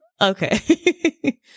okay